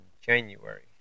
January